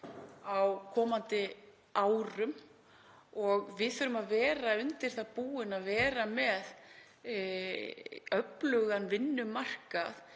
á komandi árum. Við þurfum að vera undir það búin og vera með öflugan og breiðan